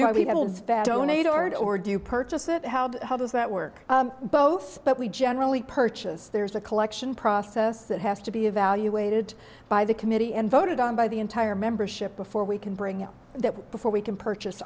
it or do you purchase it how does that work both but we generally purchase there's a collection process that has to be evaluated by the committee and voted on by the entire membership before we can bring that before we can purchase